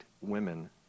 women